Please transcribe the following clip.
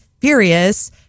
Furious